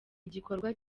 igikorwa